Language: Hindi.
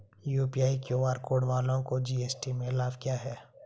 यू.पी.आई क्यू.आर कोड वालों को जी.एस.टी में लाभ क्या है?